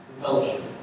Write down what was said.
fellowship